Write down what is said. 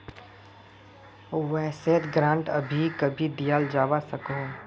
वाय्सायेत ग्रांट कभी कभी दियाल जवा सकोह